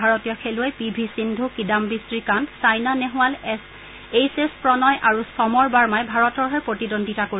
ভাৰতীয় খেলুৱৈ P V Sindhu Kidambi Srikanth Saina Nehwal H S Prannoy আৰু সমৰ বৰ্মাই ভাৰতৰ হৈ প্ৰতিদ্বন্দ্বিতা কৰিব